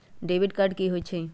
Debit card की होई?